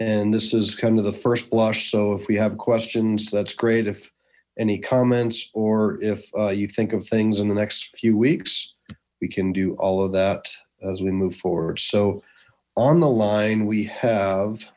and this is kind of the first blush so if you have questions that's great any comments or if you think of things in the next few weeks we can do all of that as we move forward so on the line we have